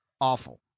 awful